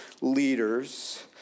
leaders